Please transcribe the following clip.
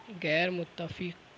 غیر متفق